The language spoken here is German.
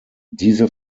diese